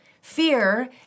Fear